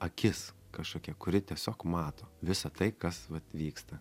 akis kažkokia kuri tiesiog mato visa tai kas vat vyksta